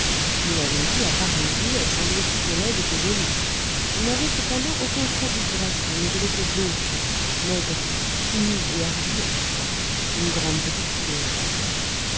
nous l'avons dit à part les yeux elle semblait plutôt laide que jolie elle n'avait cependant aucun trait disgracieux mais elle était gauche maigre timide et hardie à la fois une grande petite fille enfin